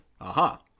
Aha